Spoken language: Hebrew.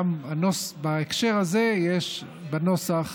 גם בהקשר הזה יש בנוסח